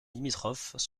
limitrophes